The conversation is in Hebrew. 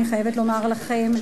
אני חייבת לומר לכם,